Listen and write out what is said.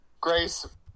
Grace